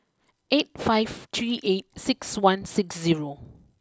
eight five three eight six one six zero